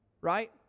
Right